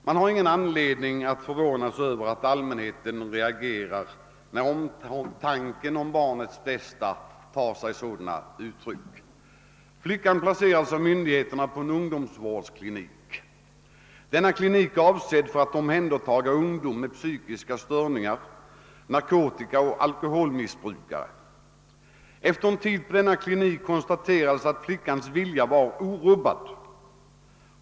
Man har ingen anledning att förvåna sig över att allmänheten reagerar, när omtanken om barnets bästa tar sig sådana uttryck. Flickan placerades av myndigheterna på en ungdomsvårdsklinik. Denna klinik är avsedd för att omhänderta ungdom med psykiska störningar, narkotikaoch alkoholmissbrukare. Efter en tid på denna klinik konstaterades, att flickans vilja var orubbad.